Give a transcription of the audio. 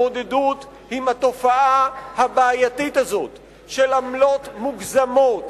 התמודדות עם התופעה הבעייתית הזאת של עמלות מוגזמות,